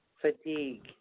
FATIGUE